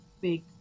big